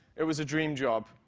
it was a dream job.